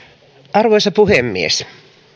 arvoisa puhemies